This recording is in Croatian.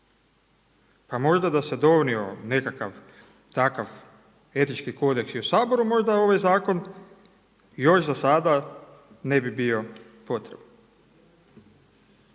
Pa možda da se donio nekakav takav etički kodeks i u Saboru možda ovaj zakon još za sada ne bi bio potreban.